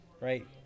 right